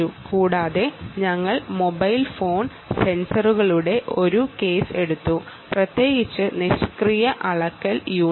കൂടാതെ ഞങ്ങൾ mobile phone സെൻസറുകളുടെ ഒരു കേസ് എടുത്തു പ്രത്യേകിച്ച് ഇനേർഷിയൽ മെഷർമെന്റ് യൂണിറ്റ്